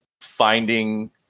finding